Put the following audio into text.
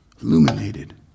illuminated